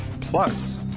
Plus